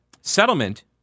settlement